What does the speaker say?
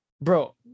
bro